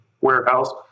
warehouse